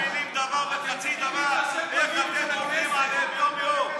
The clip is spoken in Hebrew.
אלה לא מבינים דבר וחצי דבר איך אתם עובדים עליהם טוב מאוד,